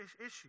issue